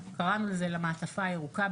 קראנו לזה המעטפה הירוקה,